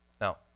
Now